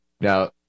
Now